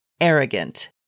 arrogant